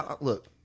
Look